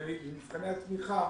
ומבחני התמיכה